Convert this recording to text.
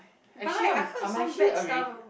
actually I'm I'm actually already